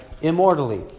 immortally